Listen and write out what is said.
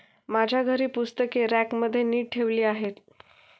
माझ्या घरी पुस्तके रॅकमध्ये नीट ठेवली आहेत